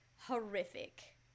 horrific